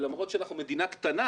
למרות שאנחנו מדינה קטנה